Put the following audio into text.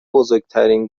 بزرگترین